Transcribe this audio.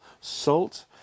Salt